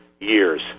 years